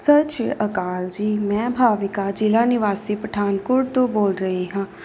ਸਤਿ ਸ਼੍ਰੀ ਅਕਾਲ ਜੀ ਮੈਂ ਭਾਵੀਕਾ ਜ਼ਿਲ੍ਹਾ ਨਿਵਾਸੀ ਪਠਾਨਕੋਟ ਤੋਂ ਬੋਲ ਰਹੀ ਹਾਂ